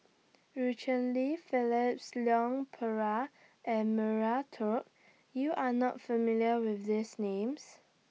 EU Cheng Li Phyllis Leon Perera and Maria Hertogh YOU Are not familiar with These Names